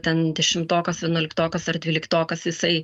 ten dešimtokas vienuoliktokas ar dvyliktokas jisai